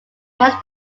less